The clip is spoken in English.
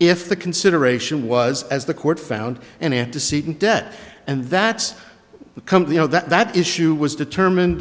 if the consideration was as the court found an antecedent debt and that's the company know that that issue was determined